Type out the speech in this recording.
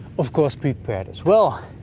of course prepared as well.